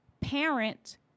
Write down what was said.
parent